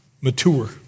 mature